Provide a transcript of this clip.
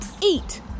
eat